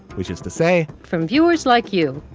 which is to say from viewers like you.